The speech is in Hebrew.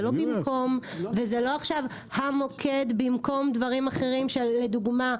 זה לא במקום וזה לא עכשיו המוקד במקום דברים אחרים שלדוגמה,